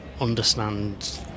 understand